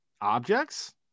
objects